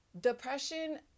depression